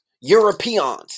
Europeans